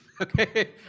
okay